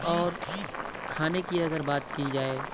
اور کھانے کی اگر بات کی جائے